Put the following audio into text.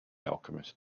alchemist